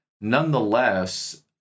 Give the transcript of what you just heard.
Nonetheless